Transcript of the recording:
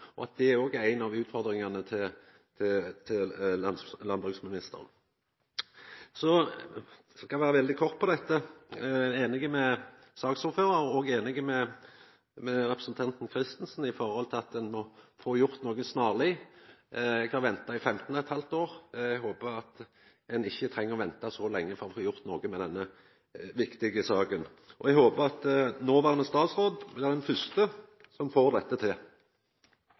Det er òg ei av utfordringane til landbruksministeren. Eg er – eg skal vera veldig kort på dette – einig med saksordføraren og med representanten Christensen i at me snarleg må få gjort noko med dette. Eg har venta i 15 ½ år. Eg håper at ein ikkje treng å venta så lenge for å få gjort noko med denne viktige saka, og eg håper at den nåverande statsråden blir den fyrste som får dette til.